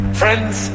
friends